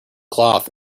cloth